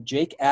Jake